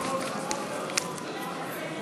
חבר הכנסת מנואל טרכטנברג, השעה,